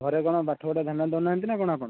ଘରେ କ'ଣ ପାଠ ପଢ଼ାରେ ଧ୍ୟାନ ଦେଉନାହାନ୍ତି ନା କ'ଣ ଆପଣ